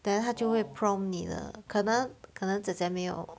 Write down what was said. then 它就会 prompt 你的可能可能姐姐没有